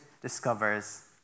discovers